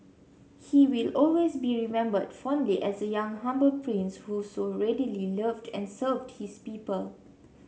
he will always be remembered fondly as a young humble prince who so readily loved and served his people